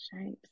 shapes